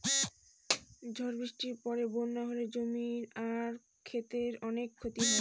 ঝড় বৃষ্টির পরে বন্যা হলে জমি আর ক্ষেতের অনেক ক্ষতি হয়